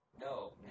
No